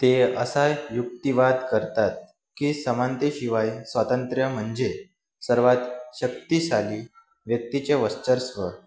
ते असा युक्तिवाद करतात की समानतेशिवाय स्वातंत्र्य म्हणजे सर्वात शक्तिशाली व्यक्तीचे वर्चस्व